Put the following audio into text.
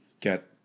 get